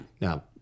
Now